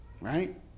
right